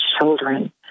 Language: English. children